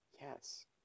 yes